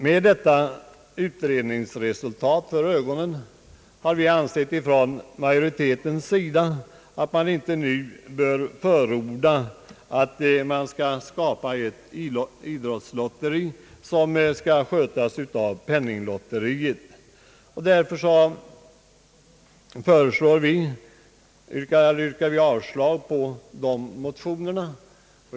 Med detta utredningsresultat för ögonen har utskottsmajoriteten ansett att man inte nu bör förorda att man skall skapa ett idrottslotteri som skall skötas av Penninglotteriet. Därför yrkar vi avslag på de motionerna.